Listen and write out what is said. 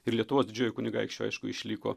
ir lietuvos didžiuoju kunigaikščiu aišku išliko